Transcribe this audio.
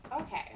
Okay